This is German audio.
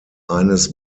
eines